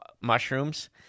mushrooms